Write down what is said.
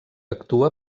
actua